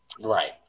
right